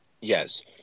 Yes